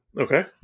okay